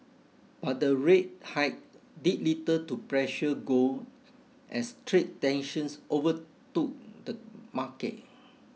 but the rate hike did little to pressure gold as trade tensions overtook the market